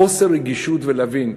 חוסר רגישות, ולהבין,